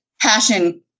passion